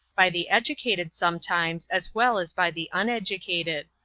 by the educated sometimes as well as by the uneducated.